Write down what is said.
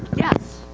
yes.